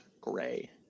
Gray